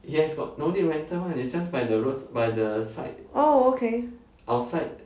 oh okay